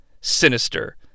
Sinister